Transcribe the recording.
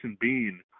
Bean